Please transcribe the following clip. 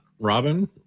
Robin